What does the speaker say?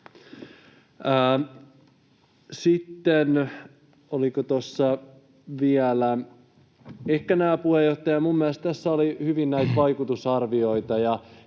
Sitten oliko tuossa vielä... Ehkä, puheenjohtaja, minun mielestäni tässä oli hyvin näitä vaikutusarvioita,